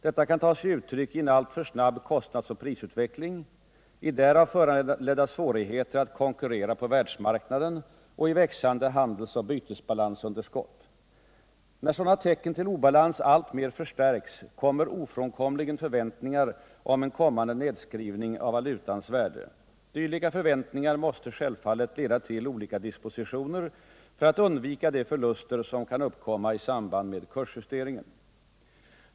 Detta kan ta sig uttryck i en alltför snabb kostnads och prisutveckling, i därav föranledda svårigheter att konkurrera på världsmarknaden och i växande handels och bytesbalansunderskott. När sådana tecken till obalans alltmer förstärks, kommer ofrånkomligen förväntningar om en kommande nedskrivning av valutans värde. Dylika förväntningar måste självfallet leda till olika dispositioner för att undvika de förluster som kan uppkomma i samband med kursjusteringen.